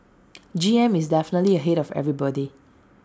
G M is definitely ahead of everybody